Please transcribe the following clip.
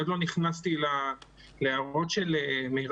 אני עוד לא נכנסתי להערות של מירב,